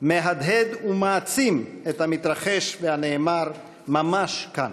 מהדהד ומעצים את המתרחש והנאמר ממש כאן.